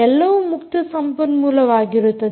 ಎಲ್ಲವೂ ಮುಕ್ತ ಸಂಪನ್ಮೂಲವಾಗಿರುತ್ತದೆ